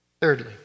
Thirdly